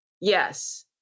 Yes